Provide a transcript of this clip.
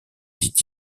dit